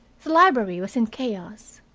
the library was in chaos.